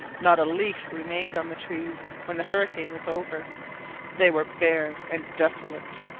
not a leaf remained on the trees when the hurricane was over they were bare and desolate.